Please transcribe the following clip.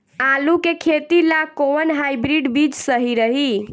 आलू के खेती ला कोवन हाइब्रिड बीज सही रही?